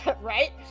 Right